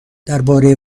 درباره